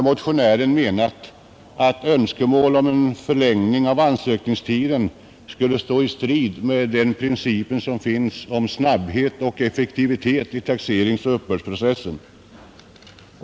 Motionären anser inte att önskemålet om en förlängning av ansökningstiden skulle stå i strid med principen om snabbhet och effektivitet i taxeringsoch uppbördsprocessen.